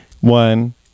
one